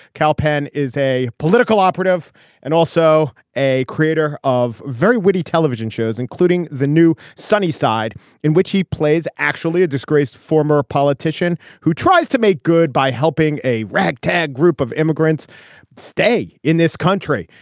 kal penn is a political operative and also a creator of very witty television shows, including the new sunny side in which he plays actually a disgraced former politician who tries to make good by helping a ragtag group of immigrants stay in this country.